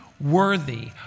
worthy